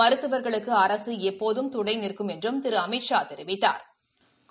மருத்துவா்களுக்கு அரசு எப்போதும் துணை நிற்கும் என்றும் திரு அமித்ஷா தெரிவித்தாா்